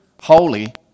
holy